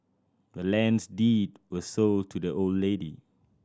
the land's deed was sold to the old lady